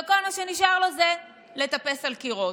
וכל מה שנשאר לו זה לטפס על קירות.